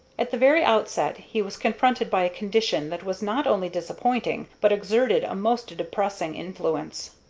at the very outset he was confronted by a condition that was not only disappointing, but exerted a most depressing influence.